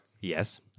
Yes